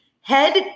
Head